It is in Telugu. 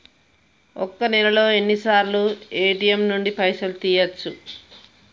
ఒక్క నెలలో ఎన్నిసార్లు ఏ.టి.ఎమ్ నుండి పైసలు తీయచ్చు?